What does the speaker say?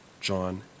John